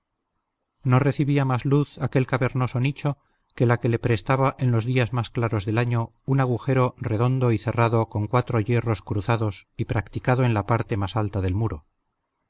no recibía más luz aquel cavernoso nicho que la que le prestaba en los días más claros del año un agujero redondo y cerrado con cuatro hierros cruzados y practicado en la parte más alta del muro